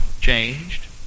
changed